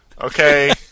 Okay